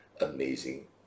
amazing